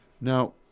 Now